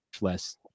less